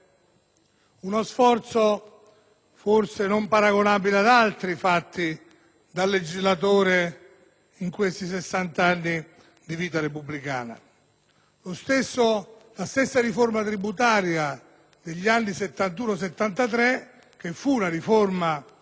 uno sforzo forse non paragonabile ad altri fatti dal legislatore in questi sessanta anni di vita repubblicana. La stessa riforma tributaria degli anni 1971-1973, che fu una riforma